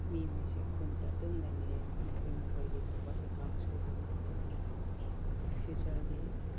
ꯃꯤꯈꯩꯁꯦ ꯈꯨꯟꯗ ꯑꯗꯨꯝ ꯂꯩꯅꯩꯌꯦ ꯃꯈꯣꯏ ꯃꯈꯣꯏꯒꯤ ꯊꯕꯛ ꯏꯪꯈꯥꯡ ꯁꯨꯔꯒ ꯑꯗꯨꯝ ꯐ꯭ꯌꯨꯆꯔꯒꯤ